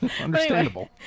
Understandable